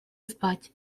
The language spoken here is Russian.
спать